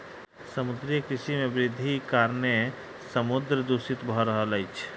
समुद्रीय कृषि मे वृद्धिक कारणेँ समुद्र दूषित भ रहल अछि